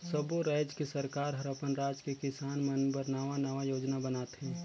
सब्बो रायज के सरकार हर अपन राज के किसान मन बर नांवा नांवा योजना बनाथे